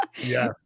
Yes